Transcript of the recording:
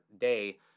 day